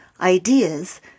ideas